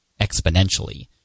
exponentially